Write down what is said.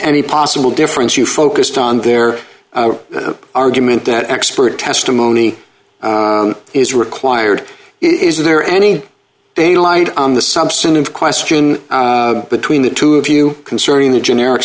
any possible difference you focused on their argument that expert testimony is required is there any daylight on the substantive question between the two of you concerning the generic